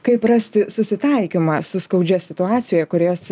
kaip rasti susitaikymą su skaudžia situacija kurios